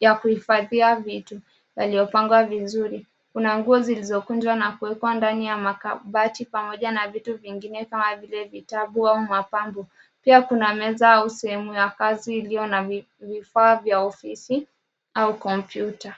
ya kuhufadhia vitu yaliyopangwa vizuri. Kuna nguo zilizokunjwa na kuwekwa ndani ya makabati pamoja na vitu vingine kama vile vitabu au mapambao. Pia kuna meza au sehemu ya kazi iliyo na vifaa vya ofisi au kompyuta.